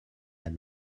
had